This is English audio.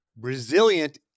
resilient